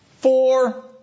Four